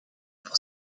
pour